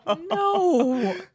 No